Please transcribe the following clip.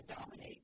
dominate